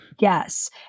Yes